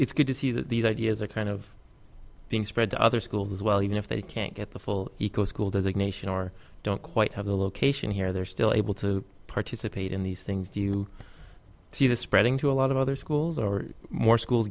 it's good to see that these ideas are kind of being spread to other schools as well even if they can't get the full eco school designation or don't quite have the location here they're still able to participate in these things do you see this spreading to a lot of other schools or more schools